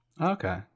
Okay